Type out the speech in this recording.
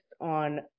on